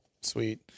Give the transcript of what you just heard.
Sweet